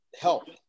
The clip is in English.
help